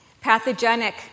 pathogenic